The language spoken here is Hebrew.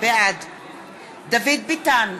בעד דוד ביטן,